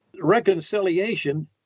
reconciliation